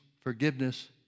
forgiveness